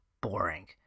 boring